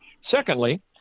secondly